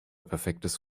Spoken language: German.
perfektes